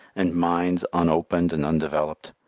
and minds unopened and undeveloped,